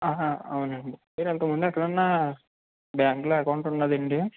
ఆహా అవునండి మీరు ఇంతకముందు ఎక్కడన్నా బ్యాంకు లో అకౌంటు ఉన్నదండి